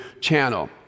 channel